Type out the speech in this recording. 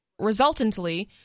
resultantly